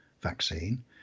vaccine